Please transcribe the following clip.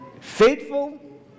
faithful